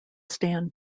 stand